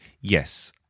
Yes